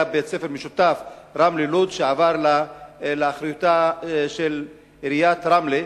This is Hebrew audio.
היה בית-ספר משותף רמלה-לוד שעבר לאחריותה של עיריית רמלה,